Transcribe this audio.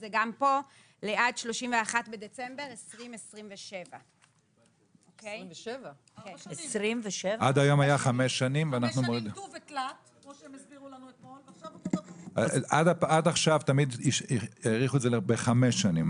זה גם פה לעד 31 בדצמבר 2027. עד עכשיו תמיד האריכו את זה בחמש שנים.